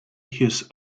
his